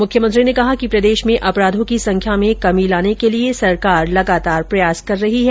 मुख्यमंत्री ने कहा कि प्रदेश में अपराधों की संख्या में कमी लाने के लिये सरकार लगातार प्रयास कर रही है